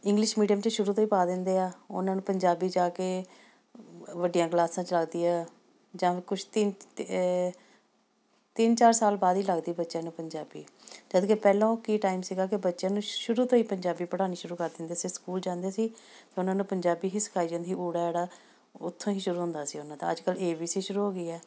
English medium 'ਚ ਸ਼ੁਰੂ ਤੋਂ ਹੀ ਪਾ ਦਿੰਦੇ ਆ ਉਹਨਾਂ ਨੂੰ ਪੰਜਾਬੀ ਜਾ ਕੇ ਵ ਵੱਡੀਆਂ ਕਲਾਸਾਂ 'ਚ ਲੱਗਦੀ ਹੈ ਜਾਂ ਕੁਛ ਤਿ ਤਿੰਨ ਚਾਰ ਸਾਲ ਬਾਅਦ ਹੀ ਲੱਗਦੀ ਬੱਚਿਆਂ ਨੂੰ ਪੰਜਾਬੀ ਜਦਕਿ ਪਹਿਲਾਂ ਕੀ ਟਾਈਮ ਸੀਗਾ ਕਿ ਬੱਚਿਆਂ ਨੂੰ ਸ਼ੁਰੂ ਤੋਂ ਹੀ ਪੰਜਾਬੀ ਪੜ੍ਹਾਉਣੀ ਸ਼ੁਰੂ ਕਰ ਦਿੰਦੇ ਸੀ ਸਕੂਲ ਜਾਂਦੇ ਸੀ ਅਤੇ ਉਹਨਾਂ ਨੂੰ ਪੰਜਾਬੀ ਹੀ ਸਿਖਾਈ ਜਾਂਦੀ ਊੜਾ ਆੜਾ ਉਥੋਂ ਹੀ ਸ਼ੁਰੂ ਹੁੰਦਾ ਸੀ ਉਹਨਾਂ ਦਾ ਅੱਜ ਕੱਲ੍ਹ ਏ ਬੀ ਸੀ ਸ਼ੁਰੂ ਹੋ ਗਈ ਹੈ